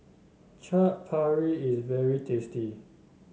Chaat Papri is very tasty